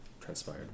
transpired